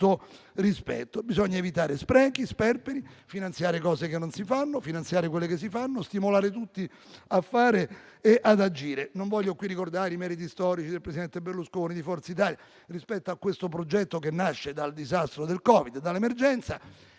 rispetto. Bisogna evitare sprechi e sperperi, non finanziare misure che non si fanno, finanziare quelle che si fanno e stimolare tutti a fare e ad agire. Non voglio qui ricordare i meriti storici del presidente Berlusconi e di Forza Italia rispetto a questo progetto, che nasce dal disastro del Covid-19 e dall'emergenza,